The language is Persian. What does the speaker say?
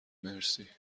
مرسی